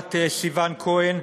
בהנחיית סיון כהן,